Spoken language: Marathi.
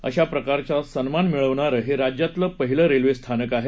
अशा प्रकारचा सन्मान मिळवणारं हे राज्यातलं पहिलं रेल्वे स्थानक आहे